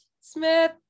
smith